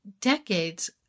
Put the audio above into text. decades